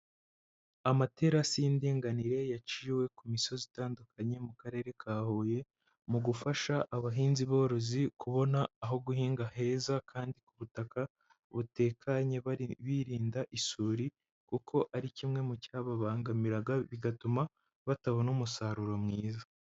Amaterasi y'indinganire yaciwe ku misozi itandukanye mu karere ka Huye mu gufasha abahinzi borozi kubona aho guhinga heza kandi ku butaka butekanye, birinda isuri kuko ari kimwe mu cyababangamiraga bigatuma batabona umusaruro mwiza.